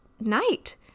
night